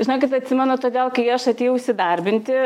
žinokit atsimenu todėl kai aš atėjau įsidarbinti